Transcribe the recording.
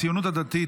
הציונות הדתית,